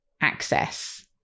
access